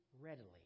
readily